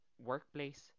workplace